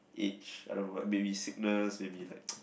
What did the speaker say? each I don't know maybe sickness maybe like